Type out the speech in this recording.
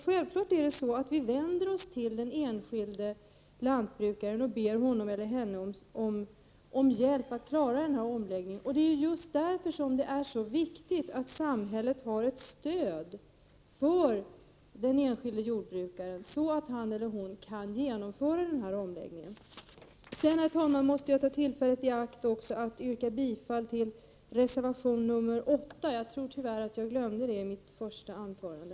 Självfallet vänder vi oss till den enskilde lantbrukaren och ber honom eller henne om hjälp för att vi skall kunna klara omläggningen på detta område. Just därför är det så viktigt att samhället har ett stöd för den enskilde jordbrukaren, så att han eller hon kan genomföra omläggningen. Herr talman! Jag vill ta tillfället i akt och yrka bifall till reservation 8. Jag tror att jag, tyvärr, glömde att göra det i mitt första anförande.